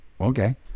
Okay